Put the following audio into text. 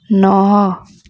ନଅ